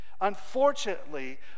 unfortunately